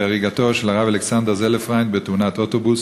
בהריגתו של הרב אלכסנדר זלפריינד בתאונת אוטובוס.